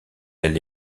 elle